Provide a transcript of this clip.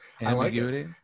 Ambiguity